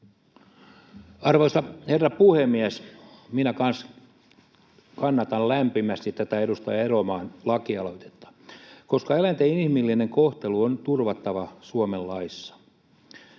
Arvoisa herra puhemies! Minä kanssa kannatan lämpimästi tätä edustaja Elomaan lakialoitetta, koska eläinten inhimillinen kohtelu on turvattava Suomen laissa.